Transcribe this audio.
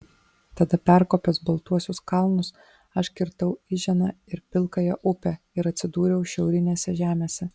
tada perkopęs baltuosius kalnus aš kirtau iženą ir pilkąją upę ir atsidūriau šiaurinėse žemėse